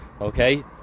Okay